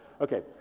Okay